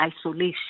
isolation